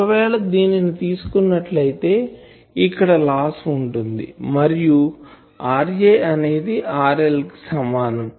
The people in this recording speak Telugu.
ఒకవేళ దీనిని తీసుకున్నట్లైతే ఇక్కడ లాస్ ఉంటుంది మరియు RA అనేది RL కు సమానం